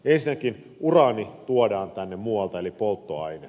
ensinnäkin uraani tuodaan tänne muualta eli polttoaine